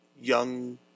young